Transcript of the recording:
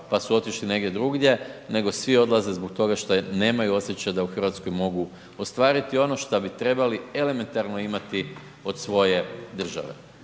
pa su otišli negdje drugdje, nego svi odlaze zbog toga što nemaju osjećaj da u Hrvatskoj mogu ostvariti ono što bi trebalo elementarno imati od svoje države.